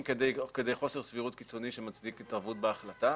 כדי חוסר סבירות קיצוני שמצדיק התערבות בהחלטה.